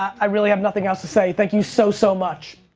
i really have nothing else to say. thank you so, so much.